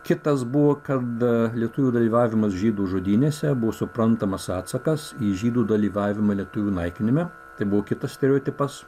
kitas buvo kada lietuvių dalyvavimas žydų žudynėse buvo suprantamas atsakas į žydų dalyvavimą lietuvių naikinime tai buvo kitas stereotipas